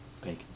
Bacon